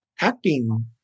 acting